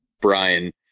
Brian